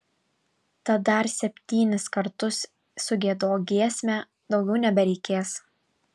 tad dar septynis kartus sugiedok giesmę daugiau nebereikės